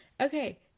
Okay